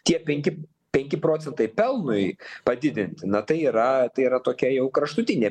tie penki penki procentai pelnui padidinti na tai yra tai yra tokia jau kraštutinė